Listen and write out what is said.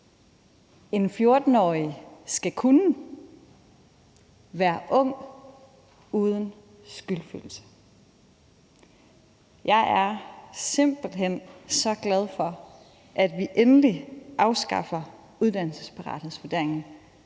En 14-årig skal kunne være ung uden skyldfølelse. Jeg er simpelt hen så glad for, at vi endelig afskaffer uddannelsesparathedsvurderingen.